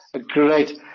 Great